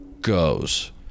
goes